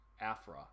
Afra